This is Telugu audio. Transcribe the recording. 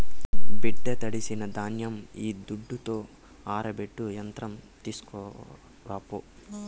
బిడ్డా తడిసిన ధాన్యం ఈ దుడ్డుతో ఆరబెట్టే యంత్రం తీస్కోపో